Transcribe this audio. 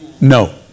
No